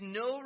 no